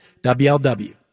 WLW